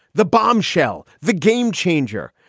the bombshell, the game changer,